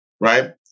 right